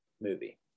movie